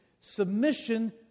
submission